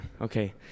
okay